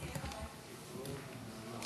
סגן שר הביטחון (אומר בערבית: עוד מעט הייתי סוגר את הישיבה בטעות.)